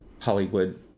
Hollywood